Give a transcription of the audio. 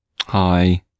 hi